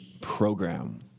program